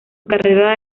carrera